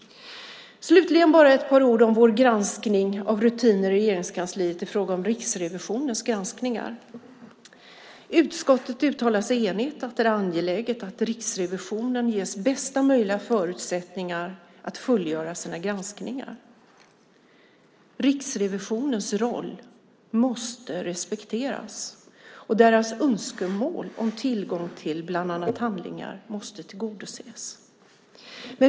Slutligen ska jag säga ett par ord om vår granskning av rutiner i Regeringskansliet i fråga om Riksrevisionens granskningar. Utskottet uttalar sig enigt om att det är angeläget att Riksrevisionen ges bästa möjliga förutsättningar att fullgöra sina granskningar. Riksrevisionens roll måste respekteras. Deras önskemål om tillgång till bland annat handlingar måste tillgodoses.